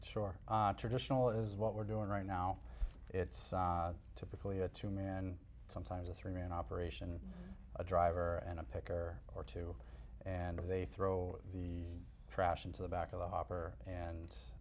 sure traditional is what we're doing right now it's typically a two man sometimes a three man operation a driver and a picker or two and they throw the trash into the back of the hopper and